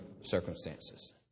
circumstances